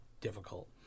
difficult